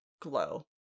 glow